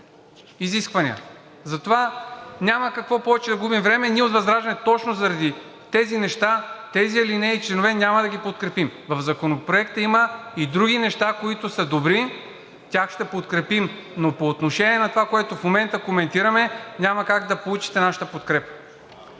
изисквания. Затова няма какво повече да губим време. Ние от ВЪЗРАЖДАНЕ точно заради тези неща тези алинеи и членове няма да ги подкрепим. В Законопроекта има и други неща, които са добри, тях ще подкрепим, но по отношение на това, което в момента коментираме, няма как да получите нашата подкрепа.